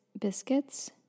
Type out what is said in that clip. biscuits